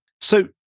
So-